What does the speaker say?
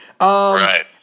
Right